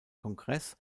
kongress